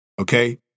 Okay